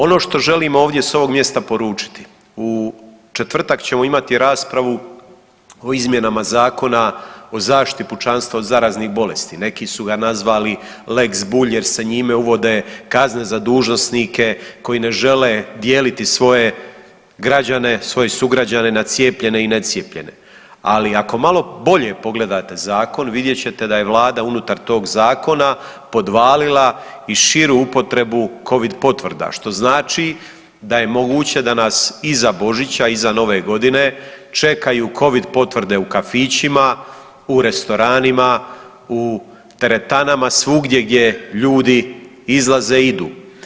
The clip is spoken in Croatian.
Ono što želim ovdje s ovog mjesta poručili u četvrtak ćemo imati raspravu o izmjenama Zakona o zaštiti pučanstva od zaraznih bolesti, neki su ga nazvali lex Bulj jer se njima uvode kazne za dužnosnike koji ne žele dijeliti svoje građane, svoje sugrađane na cijepljene i necijepljene, ali ako malo bolje pogledate zakon vidjet ćete da je Vlada unutar tog zakona podvalila i širu upotrebu covid potvrda, što znači da je moguće da nas iza Božića, iza Nove Godine čekaju covid potvrde u kafićima, u restoranima, u teretanama, svugdje gdje ljudi izlaze i idu.